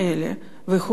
והוא צדק.